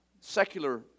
secular